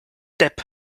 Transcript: depp